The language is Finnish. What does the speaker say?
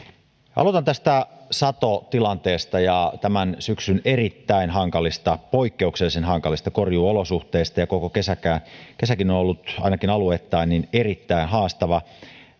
aloitan tästä satotilanteesta ja tämän syksyn erittäin hankalista poikkeuksellisen hankalista korjuuolosuhteista ja koko kesäkin on on ollut ainakin alueittain erittäin haastava